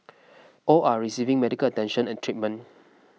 all are receiving medical attention and treatment